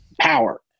power